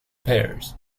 pairs